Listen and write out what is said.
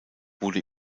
wurde